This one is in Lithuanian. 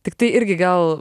tiktai irgi gal